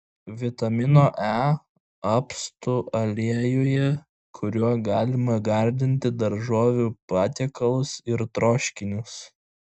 vitamino e apstu aliejuje kuriuo galima gardinti daržovių patiekalus ir troškinius